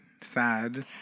sad